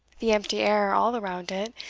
the empty air all around it,